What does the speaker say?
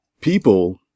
people